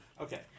Okay